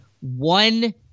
one